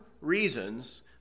reasons